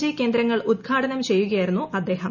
G കേന്ദ്രങ്ങൾ ഉദ്ഘാടനം ചെയ്യുകയായിരുന്നു അദ്ദേഹം